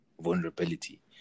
vulnerability